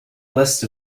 list